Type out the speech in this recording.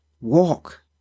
walk